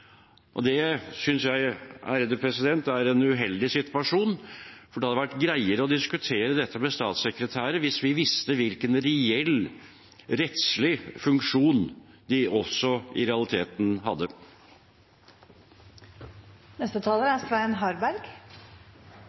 Det synes jeg er en uheldig situasjon, for det hadde vært greiere å diskutere dette med statssekretærer hvis vi visste hvilken reell rettslig funksjon de i realiteten hadde. Bare et par kommentarer etter visitter underveis i debatten: For det første er